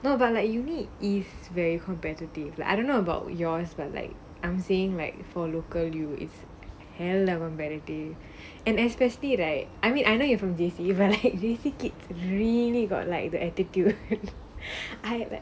no but like you need is very competitive like I don't know about yours but like I'm saying marked for local U is hell level variety and especially at I mean I know you from this event hate the tickets really got like the attitude I like